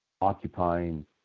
Occupying